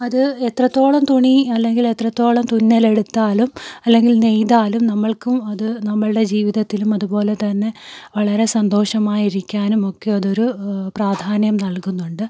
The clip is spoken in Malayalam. അത് എത്രത്തോളം തുണി അല്ലെങ്കിൽ എത്രത്തോളം തുന്നലെടുത്താലും അല്ലെങ്കിൽ നെയ്താലും നമ്മൾക്കും അത് നമ്മളുടെ ജീവിതത്തിലും അതുപോലെതന്നെ വളരെ സന്തോഷമായിരിക്കാനും ഒക്കെ അതൊരു പ്രാധാന്യം നൽകുന്നുണ്ട്